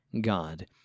God